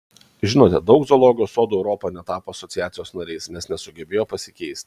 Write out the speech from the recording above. žinote daug zoologijos sodų europoje netapo asociacijos nariais nes nesugebėjo pasikeisti